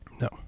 No